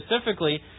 Specifically